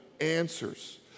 answers